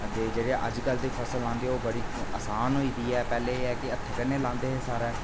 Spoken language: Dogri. ते जेहड़े अजकल दे फसल लांदे ओह् बड़ी आसान होई दी पैह्लें एह् है कि हत्थें कन्नै लांदे हे सारा किश